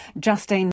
Justine